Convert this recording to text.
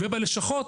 ובלשכות,